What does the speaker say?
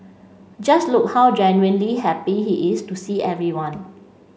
just look how genuinely happy he is to see everyone